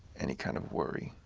any kind of worry,